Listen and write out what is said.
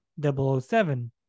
007